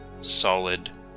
solid